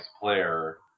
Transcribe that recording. player